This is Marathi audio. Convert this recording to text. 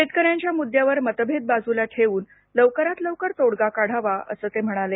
शेतकऱ्यांच्या मुद्द्यावर मतभेद बाजूला ठेवून लवकरात लवकर तोडगा काढावा असं ते म्हणाले